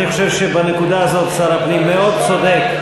אני חושב שבנקודה הזאת שר הפנים מאוד צודק.